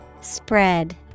Spread